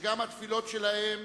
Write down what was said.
שגם התפילות שלהם